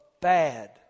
bad